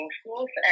schools